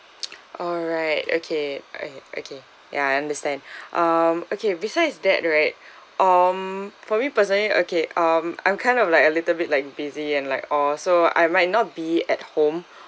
alright okay okay okay ya I understand um okay besides that right um for me personally okay um I'm kind of like a little bit like busy and like all so I might not be at home